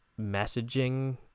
messaging